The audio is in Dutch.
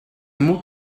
moet